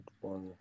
one